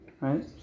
right